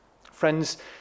Friends